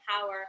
power